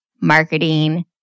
marketing